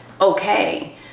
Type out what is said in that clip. okay